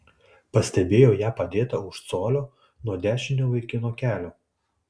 pastebėjo ją padėtą už colio nuo dešinio vaikino kelio